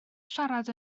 siarad